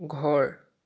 ঘৰ